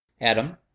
Adam